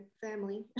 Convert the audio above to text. family